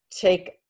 take